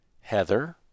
Heather